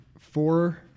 four